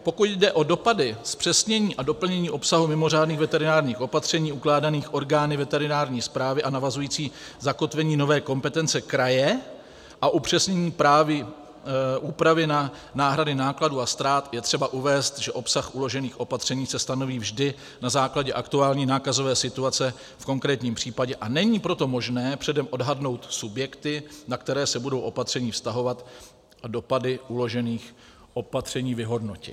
Pokud jde o dopady zpřesnění a doplnění obsahu mimořádných veterinárních opatření ukládaných orgány veterinární správy a navazující zakotvení nové kompetence kraje a upřesnění právní úpravy náhrady nákladů a ztrát, je třeba uvést, že obsah uložených opatření se stanoví vždy na základě aktuální nákazové situace v konkrétním případě, a není proto možné předem odhadnout subjekty, na které se budou opatření vztahovat, a dopady uložených opatření vyhodnotit.